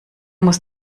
muss